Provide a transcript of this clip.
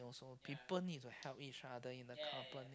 also people need to help each other in the company